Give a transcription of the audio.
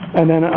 and then,